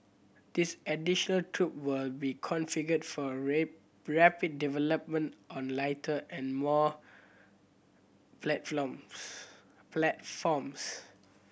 this additional troop will be configured for rip rapid development on lighter and more platforms